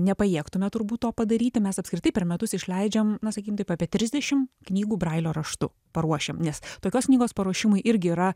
nepajėgtumėme turbūt to padaryti mes apskritai per metus išleidžiam na sakykime taip apie trisdešim knygų brailio raštu paruošiam nes tokios knygos paruošimui irgi yra